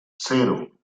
cero